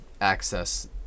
access